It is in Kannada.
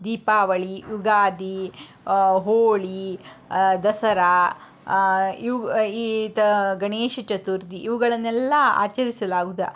ದೀಪಾವಳಿ ಯುಗಾದಿ ಹೋಳಿ ದಸರಾ ಇವು ಗಣೇಶ ಚತುರ್ಥಿ ಇವುಗಳನ್ನೆಲ್ಲ ಆಚರಿಸಲಾಗುದು